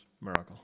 miracle